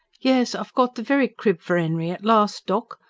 yes, i've got the very crib for enry at last, doc,